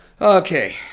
Okay